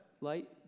light